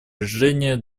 решения